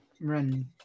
Run